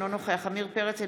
אינו נוכח עמיר פרץ,